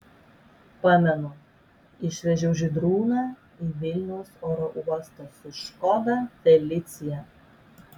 pamenu išvežiau žydrūną į vilniaus oro uostą su škoda felicia